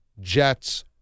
Jets